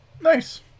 Nice